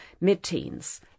mid-teens